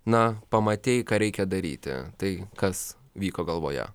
na pamatei ką reikia daryti tai kas vyko galvoje